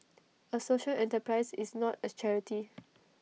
A social enterprise is not A charity